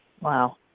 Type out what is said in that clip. Wow